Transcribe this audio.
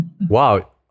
Wow